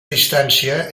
distància